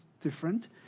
different